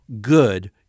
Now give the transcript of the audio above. good